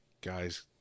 guy's